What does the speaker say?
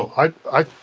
i